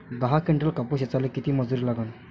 दहा किंटल कापूस ऐचायले किती मजूरी लागन?